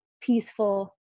peaceful